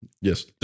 Yes